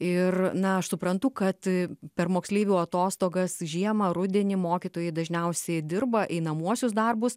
ir na aš suprantu kad per moksleivių atostogas žiemą rudenį mokytojai dažniausiai dirba einamuosius darbus